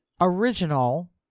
original